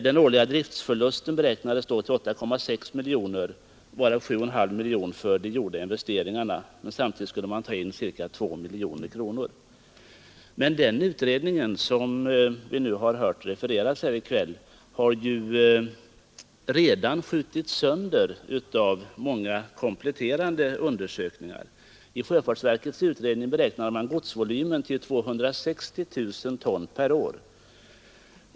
Den årliga driftsförlusten beräknades då till 8,6 miljoner kronor, varav 7,5 miljoner kronor för de gjorda investeringarna. Samtidigt skulle man ta in ca 2 miljoner kronor. Den utredning som vi nu har hört refereras här i kväll har redan skjutits sönder av många kompletterande undersökningar. I sjöfartsverkets utredning beräknas godsvolymen till 260 000 ton per år.